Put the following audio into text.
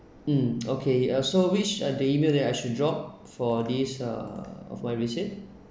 mm okay uh so which are the email that I should drop for this uh of my visit